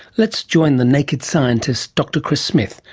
let's join the naked scientist, dr chris smith,